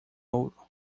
ouro